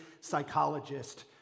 psychologist